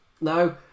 no